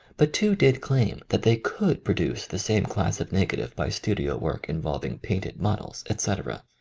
but two did claim that they could produce the same class of nega tive by studio work involving painted mod els, etc,